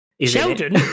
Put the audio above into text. Sheldon